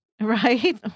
Right